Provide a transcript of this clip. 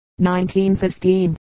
1915